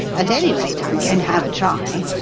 at any rate, i'm going to have a try.